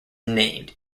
named